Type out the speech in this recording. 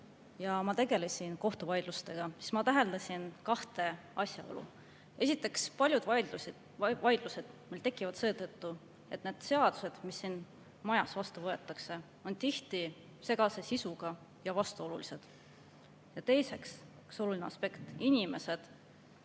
ja tegelesin kohtuvaidlustega, siis ma täheldasin kahte asjaolu. Esiteks, paljud vaidlused tekivad seetõttu, et seadused, mis siin majas vastu võetakse, on tihti segase sisuga ja vastuolulised. Teiseks on üks oluline aspekt, et inimesed,